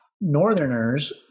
Northerners